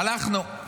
הלכנו,